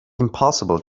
impossible